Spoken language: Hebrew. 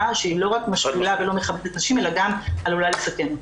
שהיא לא רק משפילה ולא מכבדת נשים אלא גם עלולה לסכן.